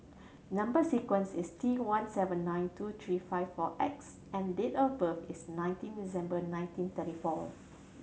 number sequence is T one seven nine two three five four X and date of birth is nineteen December nineteen thirty four